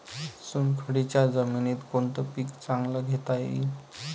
चुनखडीच्या जमीनीत कोनतं पीक चांगलं घेता येईन?